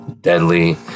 deadly